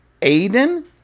Aiden